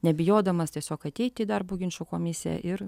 nebijodamas tiesiog ateiti į darbo ginčų komisiją ir